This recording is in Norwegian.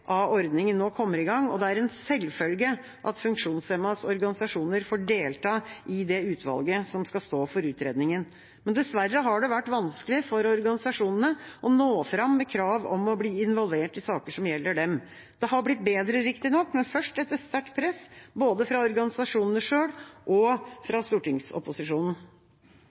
av ordningen nå kommer i gang, og det er en selvfølge at funksjonshemmedes organisasjoner får delta i det utvalget som skal stå for utredningen. Dessverre har det vært vanskelig for organisasjonene å nå fram med krav om å bli involvert i saker som gjelder dem. Det har blitt bedre, riktignok, men først etter sterkt press, både fra organisasjonene selv og fra stortingsopposisjonen.